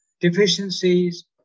deficiencies